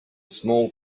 small